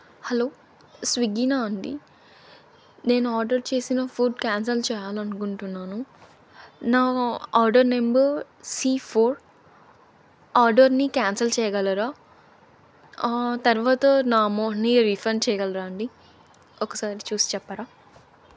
hello స్విగ్గీనా అండి నేను ఆర్డర్ చేసిన ఫుడ్ క్యాన్సల్ చేయాలి అనుకుంటున్నాను నా ఆర్డర్ నంబర్ సీ ఫోర్ ఆర్డర్ని క్యాన్సల్ చేయగలరా తర్వాత నా అమౌంట్ని రిఫండ్ చేయగలరా అండి ఒకసారి చూసి చెప్పరా